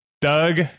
Doug